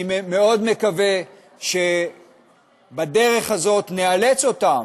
אני מאוד מקווה שבדרך הזאת נאלץ אותם,